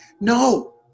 No